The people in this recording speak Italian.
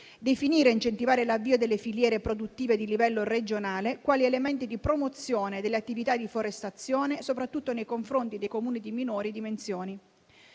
definire e incentivare l'avvio delle filiere produttive di livello regionale quali elementi di promozione delle attività di forestazione, soprattutto nei confronti dei Comuni di minori dimensioni;